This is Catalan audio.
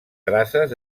traces